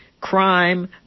crime